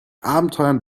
abenteuern